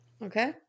Okay